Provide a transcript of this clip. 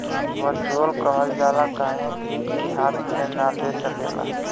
virtual कहल जाला काहे कि ई हाथ मे ना ले सकेला